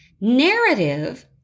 Narrative